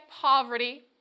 poverty